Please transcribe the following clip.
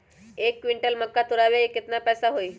एक क्विंटल मक्का तुरावे के केतना पैसा होई?